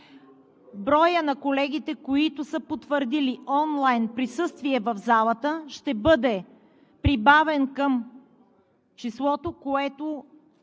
броят на колегите, които са потвърдили онлайн присъствие в залата, ще бъде прибавен към числото, което